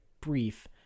brief